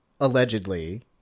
allegedly